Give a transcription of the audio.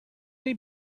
they